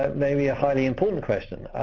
ah maybe a highly important question,